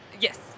Yes